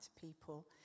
people